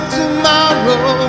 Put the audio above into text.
tomorrow